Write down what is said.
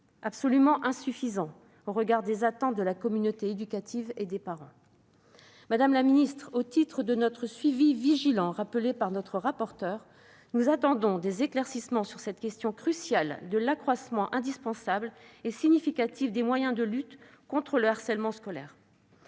absolument insuffisant, eu égard aux attentes de la communauté éducative et des parents. Madame la secrétaire d'État, au titre du suivi vigilant qui sera le nôtre, et que notre rapporteure a rappelé, nous attendons des éclaircissements sur cette question cruciale de l'accroissement, indispensable et significatif, des moyens de lutte contre le harcèlement scolaire.